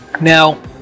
Now